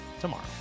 tomorrow